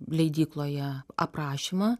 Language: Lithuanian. leidykloje aprašymą